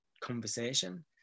conversation